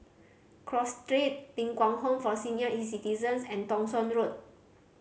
Cross Street Ling Kwang Home for Senior Citizens and Thong Soon Road